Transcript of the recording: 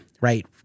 right